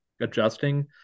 adjusting